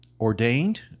ordained